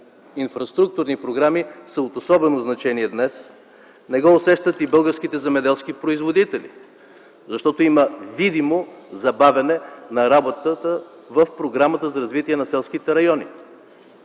инфраструктурни програми са от особено значение днес. Усещат го и българските земеделски производители, защото има видимо забавяне на работата в програмата „Развитие на селските райони”.